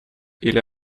или